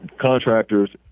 contractors